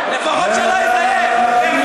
לפחות שלא יזייף.